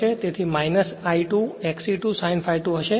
તેથી I2 X e 2 sin ∅ 2 હશે